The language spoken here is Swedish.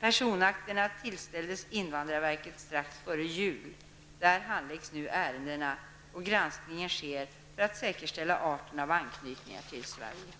Personakterna tillställdes invandrarverket strax före jul. Där handläggs nu ärendena. Granskningen sker för att säkerställa arten av anknytningar till Sverige.